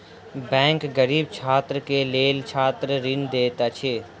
bank गरीब छात्र के लेल छात्र ऋण दैत अछि